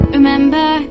Remember